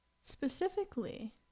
Specifically